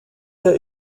der